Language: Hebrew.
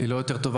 היא לא טובה יותר,